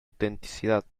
autenticidad